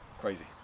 Crazy